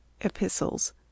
Epistles